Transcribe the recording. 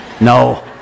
No